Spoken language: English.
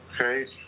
Okay